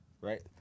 right